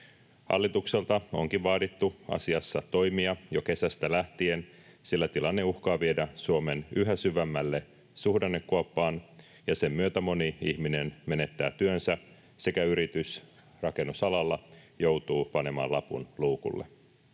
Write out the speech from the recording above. Hallitukselta onkin vaadittu asiassa toimia jo kesästä lähtien, sillä tilanne uhkaa viedä Suomen yhä syvemmälle suhdannekuoppaan, ja sen myötä moni ihminen menettää työnsä sekä moni yritys rakennusalalla joutuu panemaan lapun luukulle.